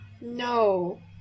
No